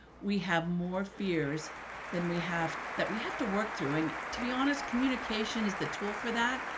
we have more fears than we have that we have to work through. and to be honest, communication is the tool for that.